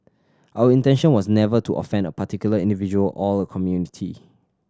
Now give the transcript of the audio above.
our intention was never to offend a particular individual or a community